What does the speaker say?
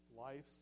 life's